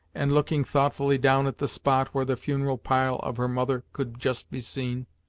and looking thoughtfully down at the spot where the funeral pile of her mother could just be seen.